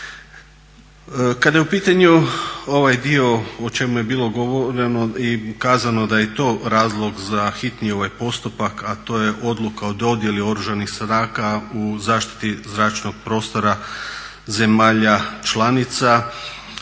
Kada je u pitanju ovaj dio o čemu je bilo govoreno i kazano da je i to razlog za hitni postupak, a to je odluka o dodjeli Oružanih snaga u zaštiti zračnog prostora zemalja članica,